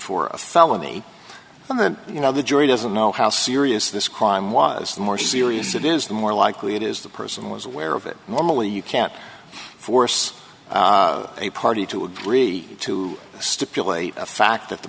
for a felony you know the jury doesn't know how serious this crime was more serious it is the more likely it is the person was aware of it normally you can't force a party to agree to stipulate a fact that the